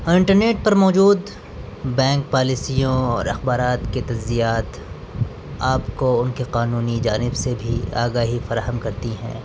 اور انٹرنیٹ پر موجود بینک پالیسیوں اور اخبارات کے تجزیات آپ کو ان کے قانونی جانب سے بھی آگاہی فراہم کرتی ہیں